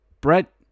Brett